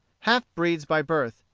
half-breeds by birth,